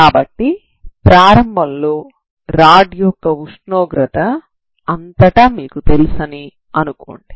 కాబట్టి ప్రారంభంలో రాడ్ యొక్క ఉష్ణోగ్రత అంతటా మీకు తెలుసని అనుకోండి